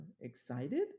excited